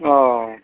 हँ